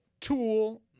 Tool